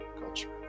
Culture